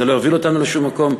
זה לא יוביל אותנו לשום מקום,